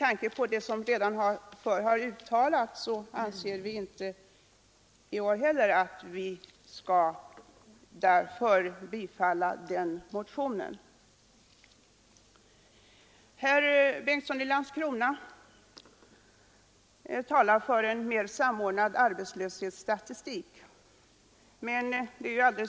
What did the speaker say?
I likhet med vad som tidigare har uttalats anser utskottet emellertid att vi inte heller i år bör tillstyrka det förslaget. Herr Bengtsson i Landskrona talade för en mer samordnad arbetslöshetsstatistik.